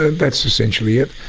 ah that's essentially it.